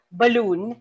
balloon